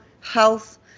health